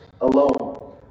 alone